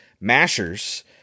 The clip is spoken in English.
mashers